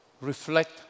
reflect